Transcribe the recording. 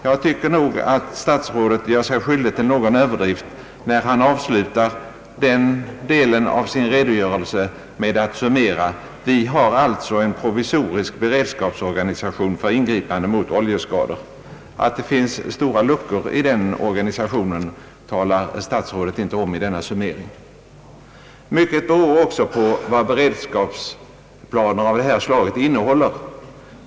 Jag tycker nog att statsrådet gör sig skyldig till någon överdrift när han avslutar den delen av sin redogörelse med att summera: »Vi har alltså en provisorisk bered; skapsorganisation för ingripanden mot oljeskador.» Att det finns stora luckor i den organisationen talar statsrådet inte om i denna summering. Mycket beror också på vad beredskapsplaner av detta slag innehåller.